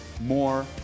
more